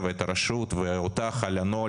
שלום, תודה רבה על המעמד הזה.